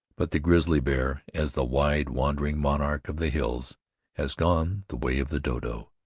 but the grizzly bear as the wide-wandering monarch of the hills has gone the way of the dodo.